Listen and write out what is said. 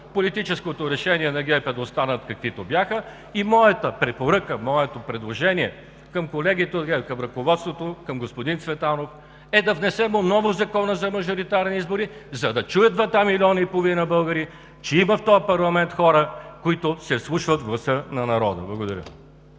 политическото решение на ГЕРБ е да останат каквито бяха, и моята препоръка, моето предложение към колегите от ГЕРБ, към ръководството, към господин Цветанов е да внесем отново Закона за мажоритарни избори, за да чуят двата милиона и половина българи, че има в този парламент хора, които се вслушват в гласа на народа! Благодаря.